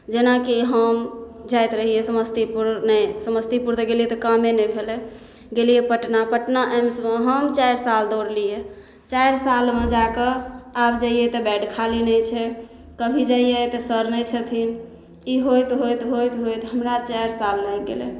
जेनाकि हम जाइत रहियै समस्तीपुर नहि समस्तीपुर तऽ गेलियै तऽ कामे नहि भेलै गेलियै पटना पटना एम्समे हम चारि साल दौड़लियै चारि सालमे जाकऽ आब जइयै तऽ बैड खाली नहि छै कभी जइयै तऽ सर नहि छथिन ई होइत होइत होइत होइत हमरा चारि साल लागि गेलै